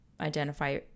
identify